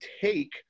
take